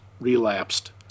relapsed